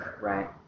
Right